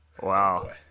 Wow